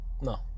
No